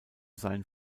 sein